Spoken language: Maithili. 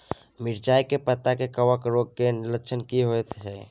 मिर्चाय के पत्ता में कवक रोग के लक्षण की होयत छै?